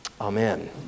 Amen